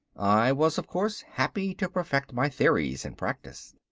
i was, of course, happy to perfect my theories in practice.